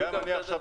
גם אני עכשיו,